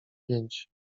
pięć